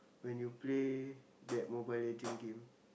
when you play that Mobile-Legend game